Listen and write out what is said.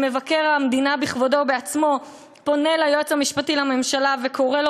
שמבקר המדינה בכבודו ובעצמו פונה ליועץ המשפטי לממשלה וקורא לו